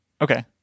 Okay